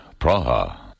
Praha